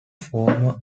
former